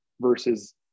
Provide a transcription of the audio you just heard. versus